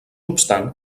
obstant